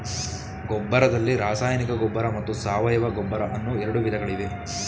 ಗೊಬ್ಬರದಲ್ಲಿ ರಾಸಾಯನಿಕ ಗೊಬ್ಬರ ಮತ್ತು ಸಾವಯವ ಗೊಬ್ಬರ ಅನ್ನೂ ಎರಡು ವಿಧಗಳಿವೆ